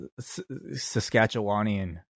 saskatchewanian